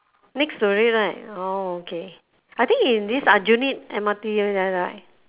next to it right orh okay I think in this aljunied M_R_T there right